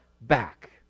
back